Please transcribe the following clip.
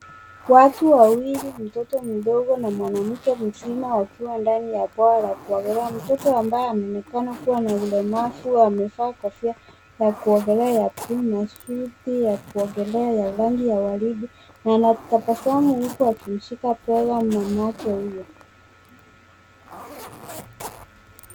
Watu wawili mtoto mdogo na mwanamke mzima wakiwa ndani ya bwawa la kuogelea. Mtoto ambaye anaonekana kuwa na ulemavu amevaa kofia la kuogelea ya cream na suti ya kuogelea ya rangi ya waridi na anatabasamu huku akimshika bega mamake huyo.